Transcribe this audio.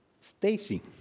Stacy